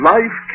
Life